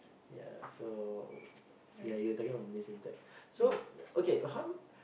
yeah so yeah you talking about Malay syntax so okay how